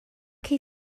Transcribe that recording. cei